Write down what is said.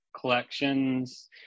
collections